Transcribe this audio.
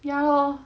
ya lor